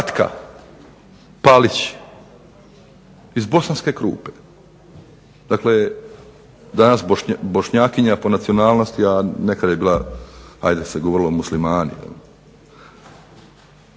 Katka Palić iz Bosanske Krupe, dakle danas Bošnjakinja po nacionalnosti, a nekad je bila, ajde se govorilo muslimani.